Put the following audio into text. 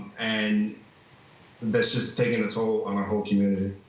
and that's just taking a toll on our whole community.